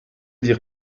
dire